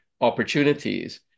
opportunities